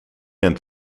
and